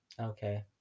Okay